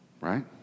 right